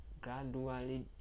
gradually